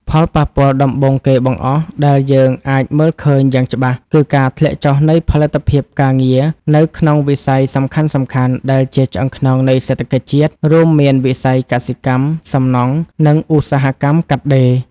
ផលប៉ះពាល់ដំបូងគេបង្អស់ដែលយើងអាចមើលឃើញយ៉ាងច្បាស់ គឺការធ្លាក់ចុះនៃផលិតភាពការងារនៅក្នុងវិស័យសំខាន់ៗដែលជាឆ្អឹងខ្នងនៃសេដ្ឋកិច្ចជាតិ រួមមានវិស័យកសិកម្ម សំណង់ និងឧស្សាហកម្មកាត់ដេរ។